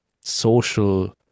social